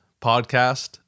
podcast